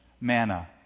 manna